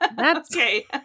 Okay